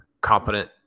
competent